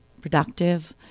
productive